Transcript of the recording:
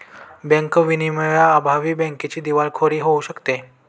bank विनियमांअभावी बँकेची दिवाळखोरी होऊ शकते